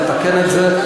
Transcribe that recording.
לתקן את זה.